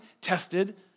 tested